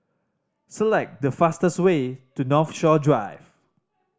select the fastest way to Northshore Drive